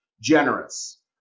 generous